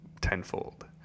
tenfold